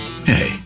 Hey